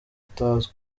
utazwi